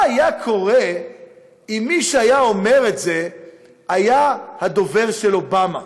מה היה קורה אם מי שהיה אומר את זה היה הדובר של אובמה?